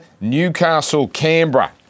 Newcastle-Canberra